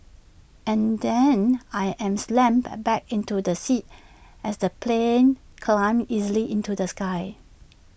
and then I am slammed by back into the seat as the plane climbs easily into the sky